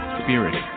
spirit